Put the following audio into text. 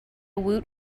woot